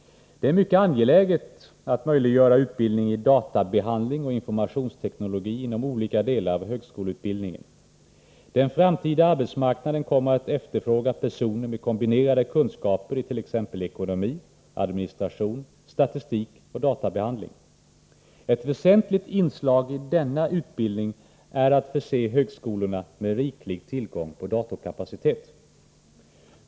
Det är mycket angeläget att möjliggöra utbildning i databehandling och informationsteknologi inom olika delar av högskoleutbildningen. Den framtida arbetsmarknaden kommer att efterfråga personer med kombinerade kunskaper i t.ex. ekonomi, administration, statistik och databehandling. Ett väsentligt inslag i denna utbildning är att förse högskolorna med riklig tillgång på datorkapacitet.